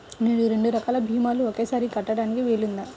నేను రెండు రకాల భీమాలు ఒకేసారి కట్టడానికి వీలుందా?